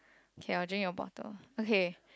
okay I'll drink your bottle okay